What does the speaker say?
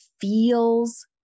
feels